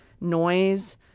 noise